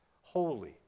holy